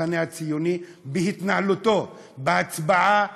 המחנה הציוני, בהתנהלותו, בהצבעה